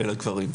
אל הגברים.